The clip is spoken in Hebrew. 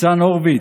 ניצן הורוביץ: